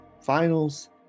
finals